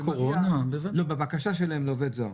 מה הבעיה לעובד זר